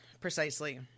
Precisely